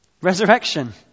Resurrection